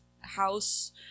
house